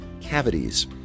cavities